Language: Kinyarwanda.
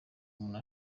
umuntu